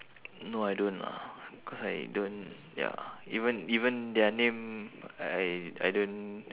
no I don't lah cause I don't ya even even their name I I don't